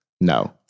No